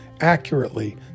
accurately